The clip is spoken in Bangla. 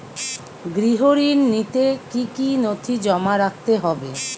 গৃহ ঋণ নিতে কি কি নথি জমা রাখতে হবে?